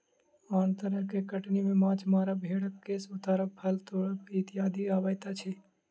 आन तरह के कटनी मे माछ मारब, भेंड़क केश उतारब, फल तोड़ब इत्यादि अबैत अछि